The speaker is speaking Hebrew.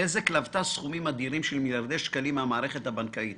בזק לוותה סכומים אדירים של מיליארדי שקלים מהמערכת הבנקאית